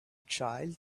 child